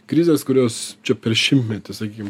krizės kurios čia per šimtmetį sakykim